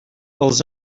els